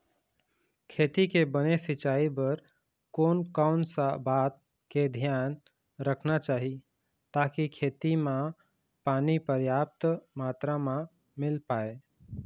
खेती के बने सिचाई बर कोन कौन सा बात के धियान रखना चाही ताकि खेती मा पानी पर्याप्त मात्रा मा मिल पाए?